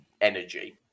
energy